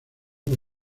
por